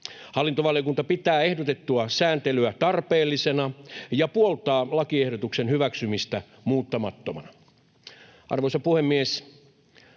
Hallintovaliokunta pitää ehdotettua sääntelyä tarpeellisena ja puoltaa lakiehdotuksen hyväksymistä muuttamattomana. Arvoisa puhemies!